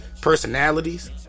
personalities